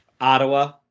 Ottawa